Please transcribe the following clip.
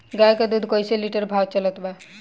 गाय के दूध कइसे लिटर भाव चलत बा?